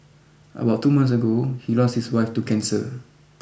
about two months ago he lost his wife to cancer